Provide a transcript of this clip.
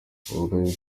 uburwayi